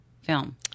film